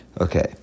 Okay